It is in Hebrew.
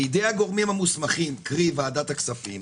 "בידי הגורמים המוסמכים קרי ועדת הכספים